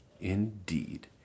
indeed